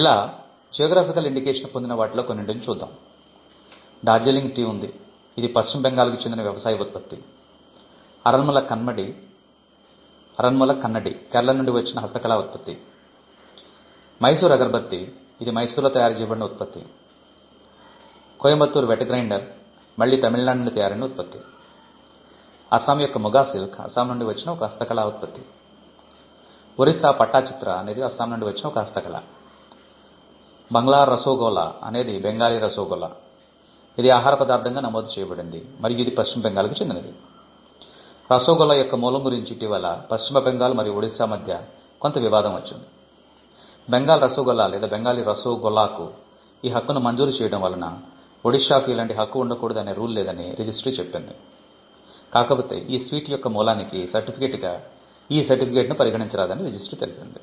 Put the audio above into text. ఇలా geographical indication యొక్క మూలానికి సర్టిఫికేట్ గా ఈ సర్టిఫికేట్ ను పరిగణించరాదని రిజిస్ట్రీ తెలిపింది